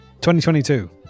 2022